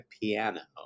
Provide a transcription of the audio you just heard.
piano